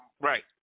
Right